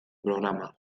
programa